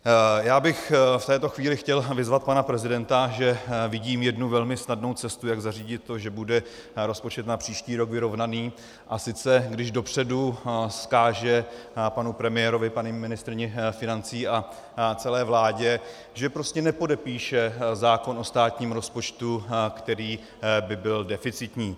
V této chvíli bych chtěl vyzvat pana prezidenta, že vidím jednu velmi snadnou cestu, jak zařídit to, že bude rozpočet na příští rok vyrovnaný, a sice když dopředu vzkáže panu premiérovi, paní ministryni financí a celé vládě, že prostě nepodepíše zákon o státním rozpočtu, který by byl deficitní.